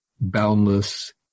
boundless